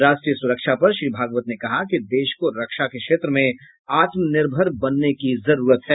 राष्ट्रीय सुरक्षा पर श्री भागवत ने कहा कि देश को रक्षा के क्षेत्र में आत्मनिर्भर बनने की जरूरत है